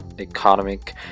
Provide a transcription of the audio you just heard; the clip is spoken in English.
economic